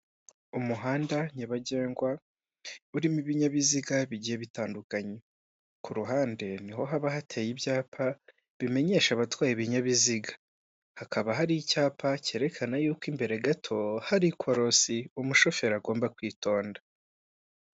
Umuhanda nyabagendwa urimo ibinyabiziga bigiye bitandukanye, kuhande niho haba hateye ibyapa bimenyesha abatwaye ibinyabiziga, hakaba hari icyapa cyerekana yuko imbere gato hari ikorosi, umushoferi agomba kwitonda.